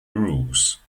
rules